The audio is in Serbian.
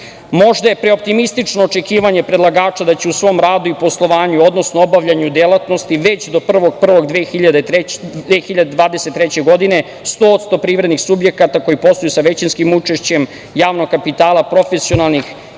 je preoptimistično očekivanje predlagača da će u svom radu i poslovanju, odnosno obavljanju delatnosti, već do 1. januara 2023. godine 100% privrednih subjekata, koji posluju sa većinskim učešćem javnog kapitala, profesionalnih